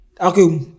Okay